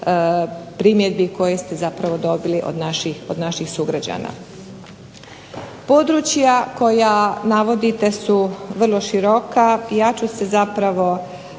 primjedbi koje ste zapravo dobili od naših sugrađana. Područja koja navodite su vrlo široka i ja ću se zapravo,